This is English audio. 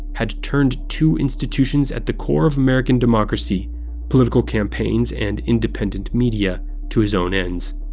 had turned two institutions at the core of american democracy political campaigns and independent media to his own ends.